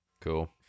Cool